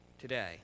today